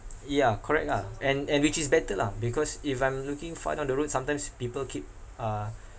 yeah correct ah and and which is better lah because if I'm looking far down the road sometimes people keep uh